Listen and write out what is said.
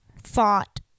thought